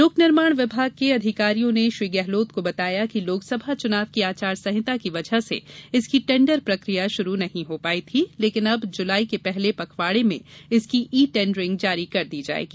लोकनिर्माण विभाग के अधिकारियों ने श्री गहलोत को बताया कि लोकसभा चुनाव की आचार संहिता की वजह से इसकी टेंडर प्रक्रिया शुरू नही हो पाई थीं लेकिन अब जुलाई के पहले पखवाड़े में इसकी ई टेंडरिंग जारी कर दी जाएगी